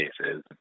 cases